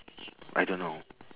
I don't know